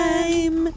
Time